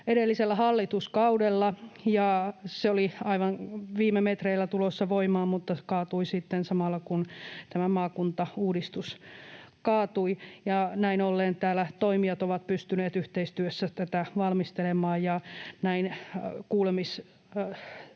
edellisellä hallituskaudella, ja se oli aivan viime metreillä tulossa voimaan mutta kaatui sitten samalla, kun maakuntauudistus kaatui. Näin ollen täällä toimijat ovat pystyneet yhteistyössä tätä valmistelemaan, ja vaikka